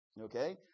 Okay